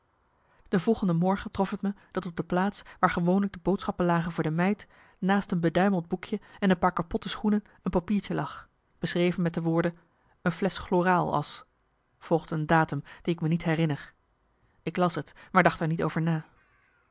de volgende morgen trof het me dat op de plaats waar gewoonlijk de boodschappen lagen voor de meid naast een beduimeld boekje en een paar kapotte schoenen een papiertje lag beschreven met de woorden een flesch chloraal als volgde een datum die ik me niet herriner ik las t maar dacht er niet over na